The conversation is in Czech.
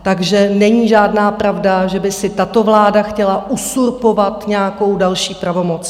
Takže není žádná pravda, že by si tato vláda chtěla uzurpovat nějakou další pravomoc.